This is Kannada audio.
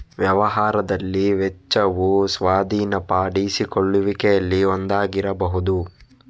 ವ್ಯವಹಾರದಲ್ಲಿ ವೆಚ್ಚವು ಸ್ವಾಧೀನಪಡಿಸಿಕೊಳ್ಳುವಿಕೆಯಲ್ಲಿ ಒಂದಾಗಿರಬಹುದು